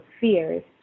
fears